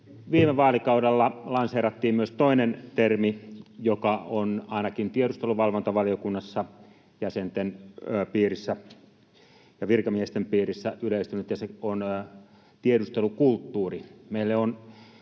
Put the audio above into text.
Viime vaalikaudella lanseerattiin myös toinen termi, joka on ainakin tiedusteluvalvontavaliokunnassa jäsenten piirissä ja virkamiesten piirissä yleistynyt, ja se on ”tiedustelukulttuuri”.